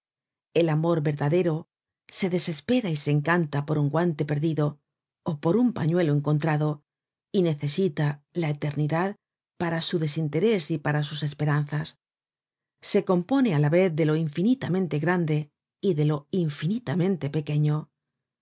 el amor verdadero se desespera y se encanta por un guante perdido ó por un pañuelo encontrado y necesita la eternidad para su desinterés y para sus esperanzas se compone á la vez de lo infinitamente grande y de lo infinitamente pequeño